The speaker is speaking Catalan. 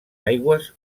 aigües